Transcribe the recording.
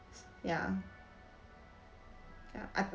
ya ya